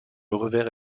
revers